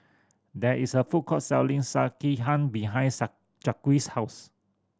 there is a food court selling Sekihan behind Jaquez's house